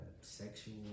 sexual